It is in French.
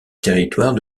territoire